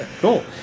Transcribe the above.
Cool